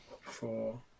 four